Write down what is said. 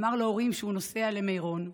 אמר להורים שהוא נוסע למירון,